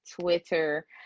twitter